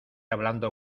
hablando